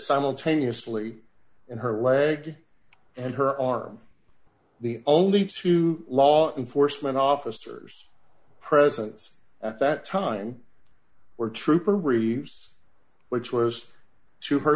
simultaneously in her leg and her arm the only two law enforcement officers presence at that time were trooper reduce which was